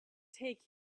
take